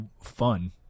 fun